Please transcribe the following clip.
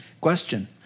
question